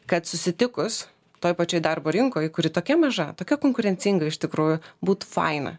kad susitikus toj pačioj darbo rinkoj kuri tokia maža tokia konkurencinga iš tikrųjų būtų faina